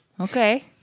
Okay